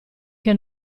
che